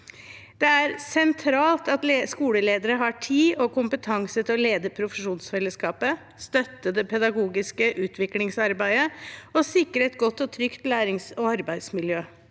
Det er sentralt at skoleledere har tid og kompetanse til å lede profesjonsfellesskapet, støtte det pedagogiske utviklingsarbeidet og sikre et godt og trygt lærings- og arbeidsmiljø.